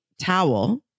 towel